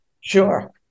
Sure